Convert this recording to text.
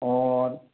और